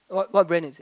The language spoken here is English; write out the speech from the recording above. what what brand is it